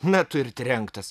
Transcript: na tu ir trenktas